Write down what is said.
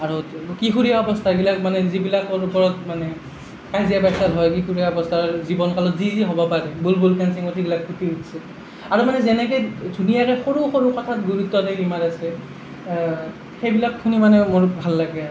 আৰু কিশোৰী অৱস্থাবিলাক মানে যিবিলাকৰ ওপৰত মানে কাজিয়া পেচাল হয় কিশোৰীয়া অৱস্থাৰ জীৱন কালত যি যি হ'ব পাৰে বুলবুল কেন চিঙত সেইবিলাক ফুটি উঠছে আৰু মানে যেনেকৈ ধুনীয়াকৈ সৰু সৰু কথাত গুৰুত্ব দিয়ে ৰীমা দাসে সেইবিলাক শুনি মানে মোৰ ভাল লাগে আৰু